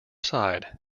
side